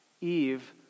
Eve